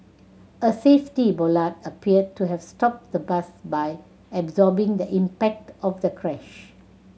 a safety bollard appeared to have stopped the bus by absorbing the impact of the crash